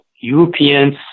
Europeans